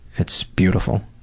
it's beautiful.